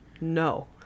No